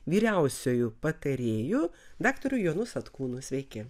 vyriausiuoju patarėju daktaru jonu satkūnu sveiki